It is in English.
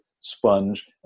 sponge